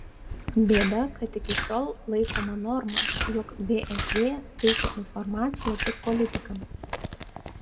bėda kad iki šiol laikoma norma jog vsd teikia informaciją tik politikams